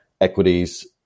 equities